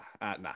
nah